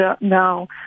now